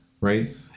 right